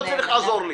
לא צריך לעזור לי.